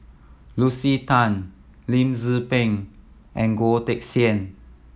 Lucy Tan Lim Tze Peng and Goh Teck Sian